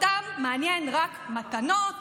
אותם מעניינים רק מתנות,